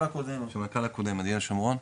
הקודם, אריאל שומרון.